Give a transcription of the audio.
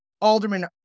Alderman